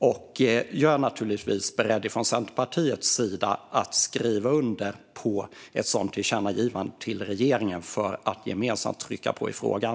Jag är naturligtvis beredd att från Centerpartiets sida skriva under ett tillkännagivande till regeringen för att gemensamt trycka på i frågan.